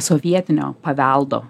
sovietinio paveldo